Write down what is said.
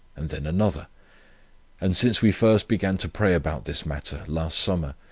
and then another and since we first began to pray about this matter, last summer,